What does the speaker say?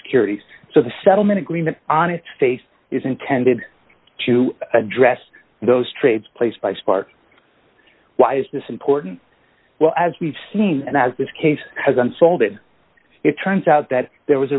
securities so the settlement agreement on its face is intended to address those trades placed by spark why is this important well as we've seen and as this case has unfolded it turns out that there was